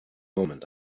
moment